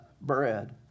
bread